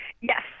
Yes